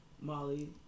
Molly